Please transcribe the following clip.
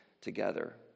together